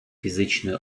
фізичної